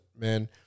man